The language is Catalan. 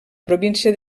província